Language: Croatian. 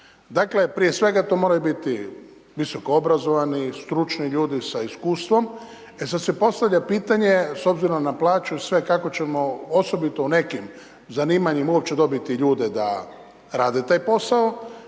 Dakle, prije svega to moraju biti visoko obrazovani stručni ljudi s iskustvom, e sad se postavlja pitanje s obzirom na plaću sve kako ćemo osobito u nekim zanimanjima uopće dobiti ljude da rade taj posao,